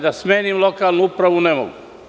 Da smenim lokalnu upravu ne mogu.